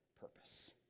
purpose